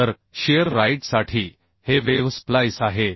तर शिअर राईटसाठी हे वेव्ह स्प्लाइस आहे